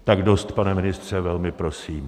Tak dost, pane ministře, velmi prosím.